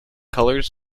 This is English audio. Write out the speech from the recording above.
colors